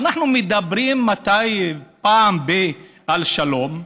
אנחנו מדברים פעם ב- על שלום,